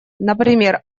например